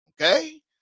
Okay